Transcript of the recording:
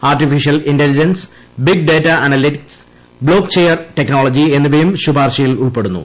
artificial intelligence big data analytics blockchain technology എന്നിവയും ശുപാർശയിൽ ഉൾപ്പെടുന്നു